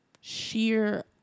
sheer